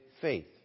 faith